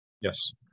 Yes